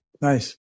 Nice